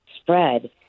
spread